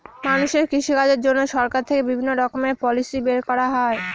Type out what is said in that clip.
মানুষের কৃষিকাজের জন্য সরকার থেকে বিভিণ্ণ রকমের পলিসি বের করা হয়